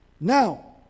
Now